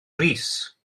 rees